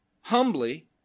humbly